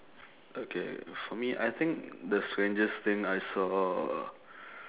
okay for me I think the strangest thing I saw